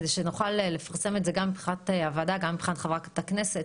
כדי שנוכל לפרסם את זה גם מבחינת הוועדה וגם מבחינת חברת הכנסת,